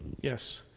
Yes